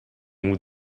mood